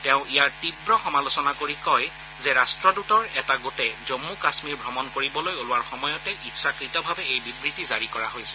তেওঁ ইয়াৰ তীৱ সমালোচনা কৰি কয় যে ৰাট্টদূতৰ এটা গোটে জম্মু কাশ্মীৰ ভ্ৰমণ কৰিবলৈ ওলোৱাৰ সময়তে ইচ্ছাকৃতভাৱে এই বিবৃতি জাৰি কৰা হৈছে